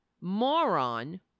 moron